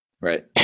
Right